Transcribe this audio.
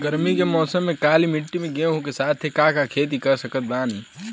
गरमी के मौसम में काली माटी में गेहूँ के साथ और का के खेती कर सकत बानी?